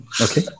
Okay